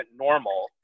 normal